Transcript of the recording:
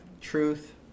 truth